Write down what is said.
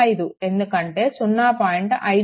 5 ఎందుకంటే ఇది 0